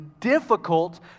difficult